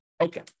Okay